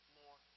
more